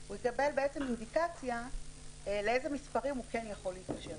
כך הוא יקבל אינדיקציה לאיזה מספרים הוא כן יכול להתקשר.